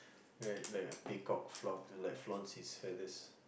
right like a peacock flaunts and like flaunts his feathers